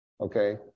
okay